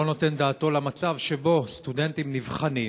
לא נותן דעתו למצב שבו סטודנטים נבחנים,